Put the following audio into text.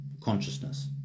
consciousness